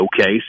Okay